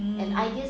um